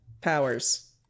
powers